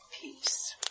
peace